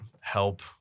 help